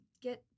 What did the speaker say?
get